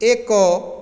ଏକ